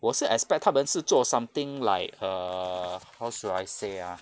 我是 expect 他们是做 something like err how should I say ah